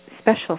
special